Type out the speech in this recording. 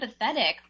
empathetic